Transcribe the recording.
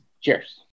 Cheers